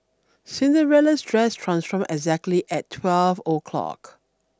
Cinderella's dress transformed exactly at twelve o'clock